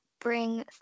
bring